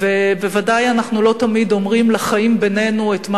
ובוודאי אנחנו לא תמיד אומרים לחיים בינינו את מה